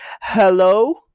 hello